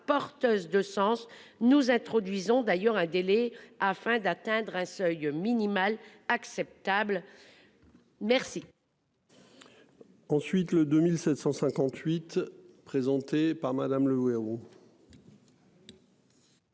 porteuse de sens, nous introduisons d'ailleurs un délai afin d'atteindre un seuil minimal acceptable. Merci.